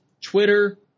Twitter